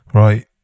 Right